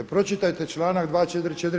Pročitajte članak 244.